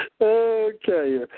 Okay